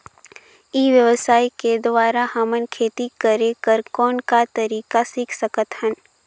ई व्यवसाय के द्वारा हमन खेती करे कर कौन का तरीका सीख सकत हन?